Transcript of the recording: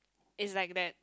it's like that